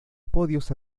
podios